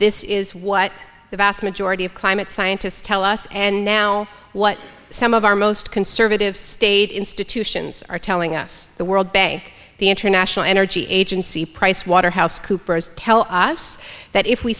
this is what the vast majority of climate scientists tell us and now what some of our most conservative state institutions are telling us the world bank the international energy agency pricewaterhouse coopers tell us that if we